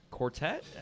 Quartet